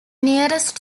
nearest